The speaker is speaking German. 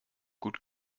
gut